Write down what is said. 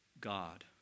God